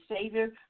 Savior